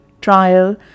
trial